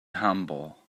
humble